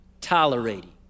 tolerating